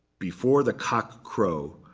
before the cock crow,